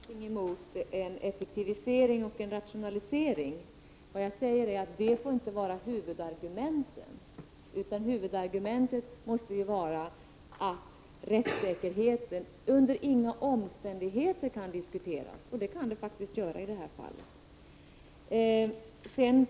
Herr talman! Jag har ingenting emot en effektivisering och rationalisering. Vad jag säger är att sådana saker inte får vara huvudargumenten. Huvudargumentet måste vara att rättssäkerheten unde inga omständigheter kan diskuteras, men det är vad som kan bli följden i det här fallet.